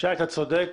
שי, אתה צודק.